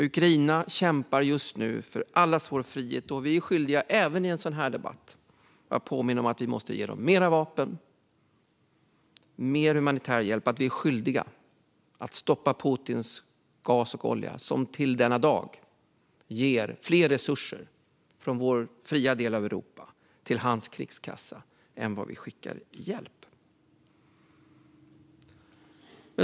Ukraina kämpar just nu för allas vår frihet, och därför är vi skyldiga, även i en sådan här debatt, att påminna om att vi måste ge dem mer vapen och mer humanitär hjälp och att vi är skyldiga att stoppa Putins gas och olja, som till denna dag ger mer resurser från vår fria del av Europa till hans krigskassa än vad vi skickar i hjälp.